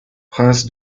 prince